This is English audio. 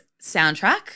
soundtrack